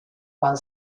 while